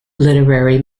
literary